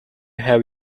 have